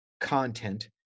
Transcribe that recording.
content